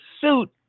suit